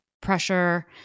pressure